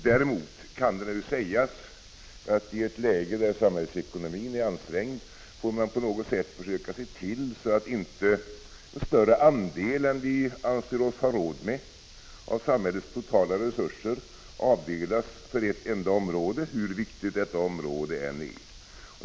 Däremot kan det sägas att man i ett läge där samhällsekonomin är ansträngd på något sätt får försöka se till att inte en större andel än vad vi anser oss ha råd med av samhällets totala resurser avdelas för ett enda område, hur viktigt detta område än är.